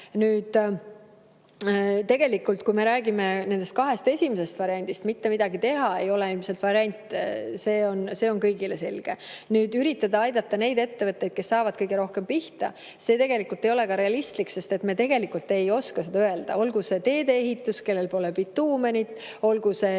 tuge. Kui me räägime nendest kahest esimesest variandist, siis see, et mitte midagi teha, ei ole ilmselt variant, see on kõigile selge. Nüüd, üritada aidata neid ettevõtteid, kes saavad kõige rohkem pihta – see tegelikult ei ole realistlik, sest me ei oska seda öelda. Olgu see teedeehitus, kellel pole bituumenit, olgu see